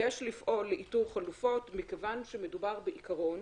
יש לפעול לאיתור חלופות, מכיוון שמדובר בעיקרון